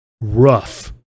rough